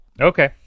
Okay